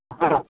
हाँ